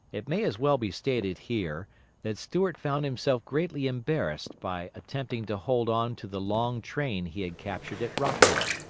it may as well be stated here that stuart found himself greatly embarrassed by attempting to hold on to the long train he had captured at rockville.